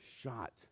shot